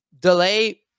Delay